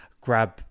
grab